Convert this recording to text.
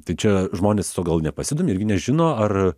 tai čia žmonės tiesiog gal nepasidomi irgi nežino ar